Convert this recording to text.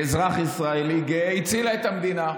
וכאזרח ישראלי גאה, הצילה את המדינה,